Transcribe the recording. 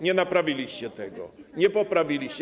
Nie naprawiliście tego, nie poprawiliście.